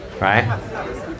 Right